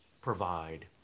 Provide